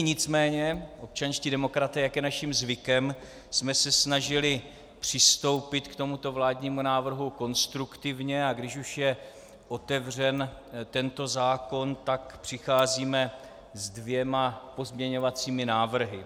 Nicméně my občanští demokraté, jak je naším zvykem, jsme se snažili přistoupit k tomuto vládnímu návrhu konstruktivně, a když už je otevřen tento zákon, tak přicházíme s dvěma pozměňovacími návrhy.